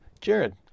Jared